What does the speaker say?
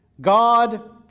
God